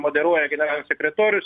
moderuoja generalinis sekretorius